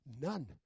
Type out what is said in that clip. None